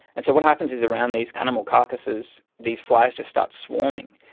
and so what happens is around these animal carcasses these flies just start swarming.